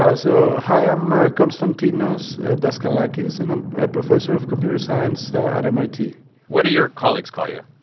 ah so hi. i'm constantinos daskalakis, and i'm a professor of computer science at mit what do your colleagues call you?